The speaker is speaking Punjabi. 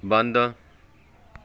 ਬੰਦ